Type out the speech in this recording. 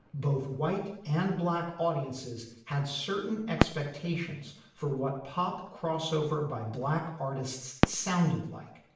both white and black audiences had certain expectations for what pop crossover by black artists sounded like.